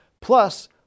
Plus